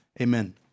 amen